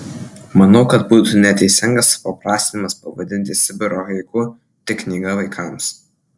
manau kad būtų neteisingas supaprastinimas pavadinti sibiro haiku tik knyga vaikams